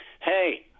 Hey